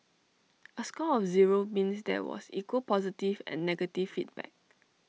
A score of zero means there was equal positive and negative feedback